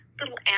little